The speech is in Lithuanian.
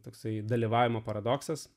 tasai dalyvavimo paradoksas